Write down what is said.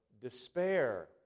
despair